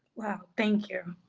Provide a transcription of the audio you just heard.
wow, thank you.